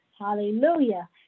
Hallelujah